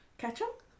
Ketchup